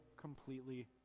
completely